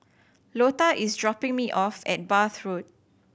Lota is dropping me off at Bath Road